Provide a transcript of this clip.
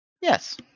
Yes